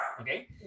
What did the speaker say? okay